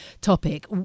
topic